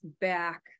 back